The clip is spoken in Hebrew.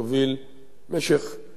במשך שנים אחדות,